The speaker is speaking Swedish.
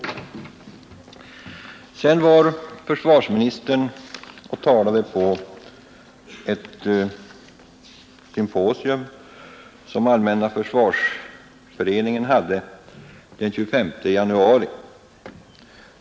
Sedan talade försvarsministern på ett symposium som Allmänna försvarsföreningen hade den 25 januari.